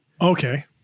Okay